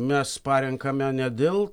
mes parenkame ne dėl